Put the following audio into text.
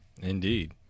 Indeed